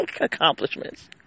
accomplishments